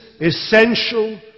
essential